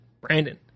Brandon